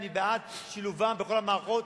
אני בעד שילובם בכל המערכות.